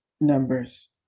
numbers